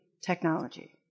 technology